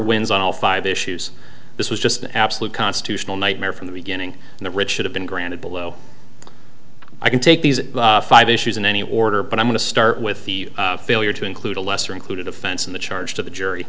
wins on all five issues this was just an absolute constitutional nightmare from the beginning and the rich should have been granted below i can take these five issues in any order but i'm going to start with the failure to include a lesser included offense in the charge to the jury